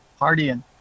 partying